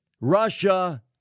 Russia